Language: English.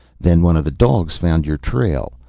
then one of the dogs found your trail,